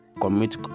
commit